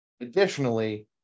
Additionally